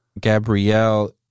Gabrielle